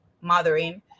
mothering